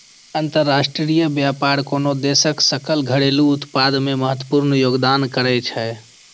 अंतरराष्ट्रीय व्यापार कोनो देशक सकल घरेलू उत्पाद मे महत्वपूर्ण योगदान करै छै